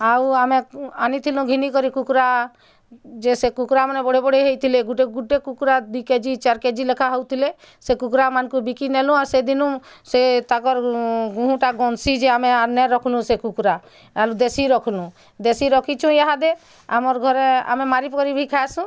ଆଉ ଆମେ ଆନି ଥିନୁ ଘିନି କରି କୁକୁଡ଼ା ଯେ ସେ କୁକୁଡ଼ା ମାନେ ବଡ଼େ ବଡ଼େ ହେଇଥିଲେ ଗୁଟେ ଗୁଟେ କୁକୁଡ଼ା ଦୁଇ କେଜି ଚାରି କେଜି ଲେଖା ହଉଥିଲେ ସେ କୁକୁଡ଼ା ମାନଙ୍କୁ ବିକି ନେଲୁ ଆର୍ ସେଦିନୁ ସେ ତାକର୍ ଗୁହଁ ଟା ଗନ୍ଧସି ଯେ ଆମେ ଆର୍ନା ରଖୁନୁ ସେ କୁକୁଡ଼ା ଆମେ ଦେଶୀ ରଖନୁ ଦେଶୀ ରଖିଛୁ ଏହାଦେ ଆମର୍ ଘରେ ଆମେ ମାରି କରି ବି ଖାଏସୁ